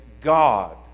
God